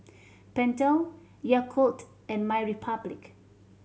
Pentel Yakult and MyRepublic